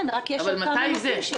כן, רק יש עוד כמה נושאים.